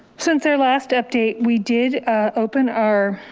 since our last update, we did ah open our